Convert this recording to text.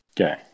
Okay